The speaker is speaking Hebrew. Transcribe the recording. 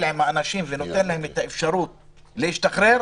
על אנשים ושנותן להם אפשרות להשתחרר.